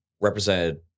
represented